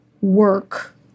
work